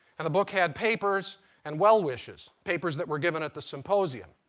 and the book had papers and well-wishes, papers that were given at the symposium.